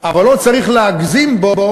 אבל לא צריך להגזים בו.